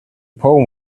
poem